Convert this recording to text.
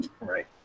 Right